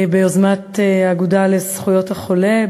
ביוזמת האגודה לזכויות החולה,